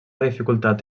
dificultat